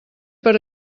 per